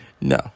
No